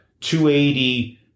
280